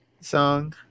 song